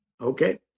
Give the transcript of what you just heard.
Okay